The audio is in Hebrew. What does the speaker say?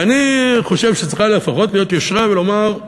ואני חושב שצריכה לפחות להיות יושרה, ולומר,